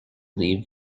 leave